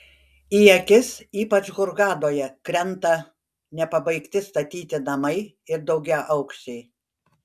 į akis ypač hurgadoje krenta nepabaigti statyti namai ir daugiaaukščiai